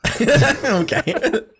Okay